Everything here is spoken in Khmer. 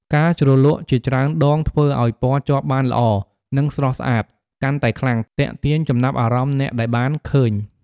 ការជ្រលក់ជាច្រើនដងធ្វើអោយ ពណ៌ជាប់បានល្អនិង ស្រស់ស្អាត កាន់តែខ្លាំង ទាក់ទាញចំណាប់អារម្មណ៍អ្នកដែលបានឃើញ។